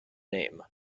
name